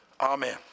Amen